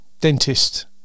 Dentist